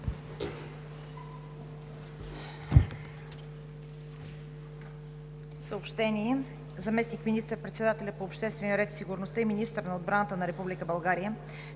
Съобщение: